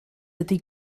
ydy